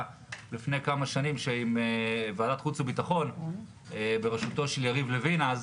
לפני כמה שנים עם ועדת החוץ והביטחון בראשותו של יריב לוין אז,